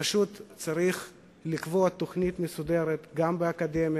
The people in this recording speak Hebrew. פשוט צריך לקבוע תוכנית מסודרת, גם באקדמיה,